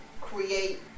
create